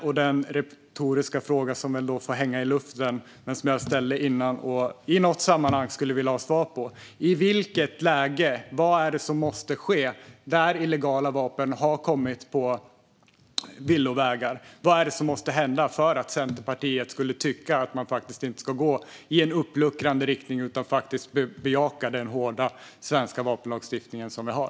Men den fråga jag ställde innan får hänga retoriskt i luften, och jag skulle vilja ha svar på den i något sammanhang: Vad är det som måste ske där illegala vapen har kommit på villovägar för att Centerpartiet skulle tycka att man inte ska gå i en uppluckrande riktning utan bejaka den hårda svenska vapenlagstiftning vi har?